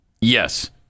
Yes